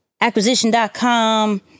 acquisition.com